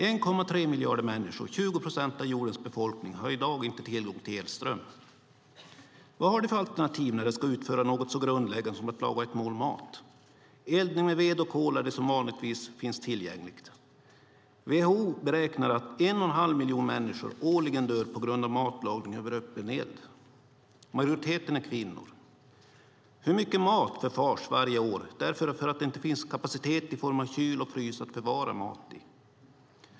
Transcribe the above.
1,3 miljarder människor, 20 procent av jordens befolkning, har i dag inte tillgång till elström. Vad har de för alternativ när de ska utföra något så grundläggande som att laga ett mål mat? Eldning med ved och kol är det som vanligtvis finns tillgängligt. WHO beräknar att en och en halv miljon människor årligen dör på grund av matlagning över öppen eld. Majoriteten är kvinnor. Hur mycket mat förfars varje år därför att det inte finns kapacitet i form av kyl och frys att förvara mat i?